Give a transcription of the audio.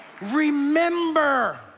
Remember